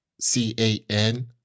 C-A-N